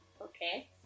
Okay